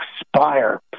expire